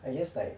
I guess like